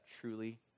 truly